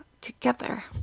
together